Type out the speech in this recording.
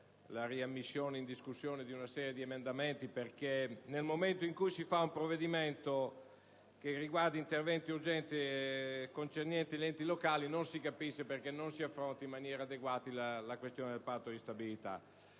riammesso una serie di emendamenti perché, nel momento in cui si approva un provvedimento che riguarda interventi urgenti concernenti gli enti locali, non si capisce perché non si affronti in maniera adeguata la questione del Patto di stabilità.